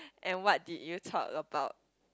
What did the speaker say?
and what did you talk about